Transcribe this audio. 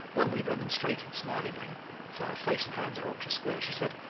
when we remonstrated smilingly for her face and hands are ultra-square she said,